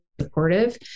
supportive